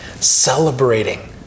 celebrating